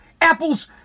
Apple's